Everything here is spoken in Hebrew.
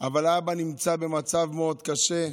אבל האבא נמצא במצב מאוד קשה,